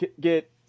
get